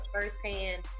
firsthand